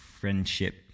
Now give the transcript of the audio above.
friendship